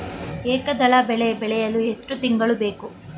ಏಕದಳ ಬೆಳೆ ಬೆಳೆಯಲು ಎಷ್ಟು ತಿಂಗಳು ಬೇಕು?